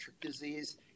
disease